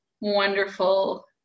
wonderful